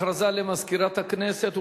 הכרזה למזכירת הכנסת,